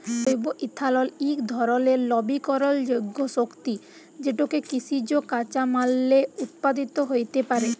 জৈব ইথালল ইক ধরলের লবিকরলযোগ্য শক্তি যেটকে কিসিজ কাঁচামাললে উৎপাদিত হ্যইতে পারে